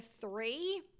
three